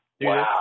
Wow